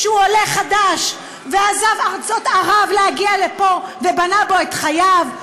שהוא עולה חדש ועזב ארצות ערב להגיע לפה ובנה פה את חייו?